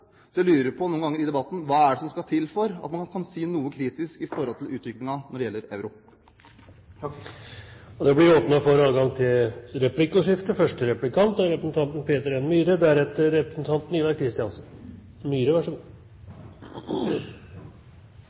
Så noen ganger lurer jeg på hva det er som skal til for at man kan si noe kritisk om utviklingen når det gjelder euroen. Det blir åpnet for replikkordskifte. Representanten Slagsvold Vedum har tidligere i dag på en